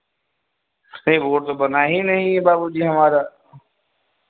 फिर वो तो बना ही नहीं है बाबूजी हमारा